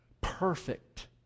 perfect